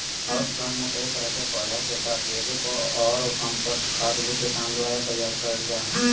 house plant मे कई तरह के पौधा के साथ जैविक ऑर कम्पोस्ट खाद भी किसान द्वारा तैयार करल जा हई